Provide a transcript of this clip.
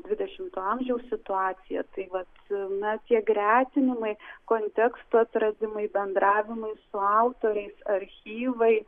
dvidešimto amžiaus situacija tai vat na tie gretinimai kontekstų atradimai bendravimai su autoriais archyvai